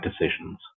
decisions